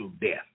death